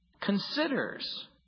considers